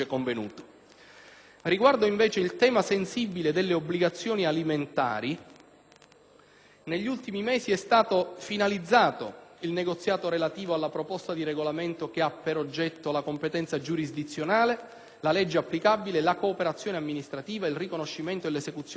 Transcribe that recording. Riguardo al tema sensibile delle obbligazioni alimentari, negli ultimi mesi è stato finalizzato il negoziato relativo alla proposta di regolamento che ha per oggetto la competenza giurisdizionale, la legge applicabile, la cooperazione amministrativa, il riconoscimento e l'esecuzione delle decisioni in